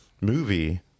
movie